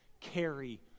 carry